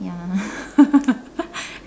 ya